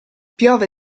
piove